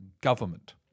government